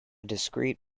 discrete